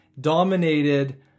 dominated